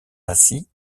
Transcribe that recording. assis